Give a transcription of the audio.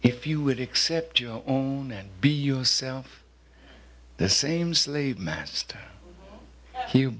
if you would accept your own and be yourself the same slave master he